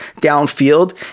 downfield